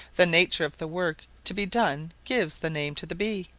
the nature of the work to be done gives the name to the bee.